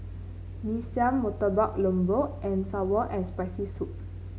Mee Siam Murtabak Lembu and sour and Spicy Soup